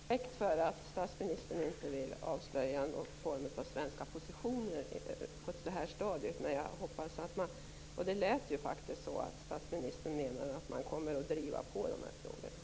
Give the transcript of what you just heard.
Fru talman! Jag har full respekt för att statsministern inte vill avslöja någon form av svenska positioner på det här stadiet. Men jag hoppas och det lät faktiskt som om statsministern menar att man kommer att driva på i de här frågorna.